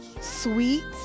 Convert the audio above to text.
sweet